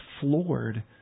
floored